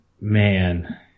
man